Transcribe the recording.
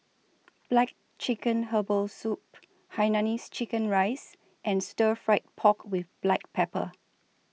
Black Chicken Herbal Soup Hainanese Chicken Rice and Stir Fried Pork with Black Pepper